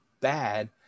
bad